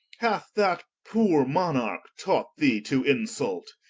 hath that poore monarch taught thee to insult?